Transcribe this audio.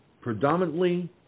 predominantly